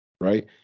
right